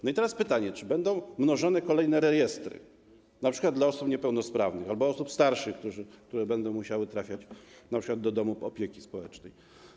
I teraz pytanie: Czy będą mnożone kolejne rejestry, np. dla osób niepełnosprawnych albo osób starszych, które będą musiały trafiać np. do domów opieki społecznej?